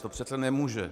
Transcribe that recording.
To přece nemůže.